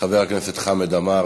חבר הכנסת חמד עמאר,